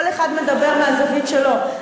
כל אחד מדבר מהזווית שלו.